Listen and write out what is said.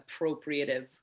appropriative